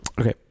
okay